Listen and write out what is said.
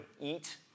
eat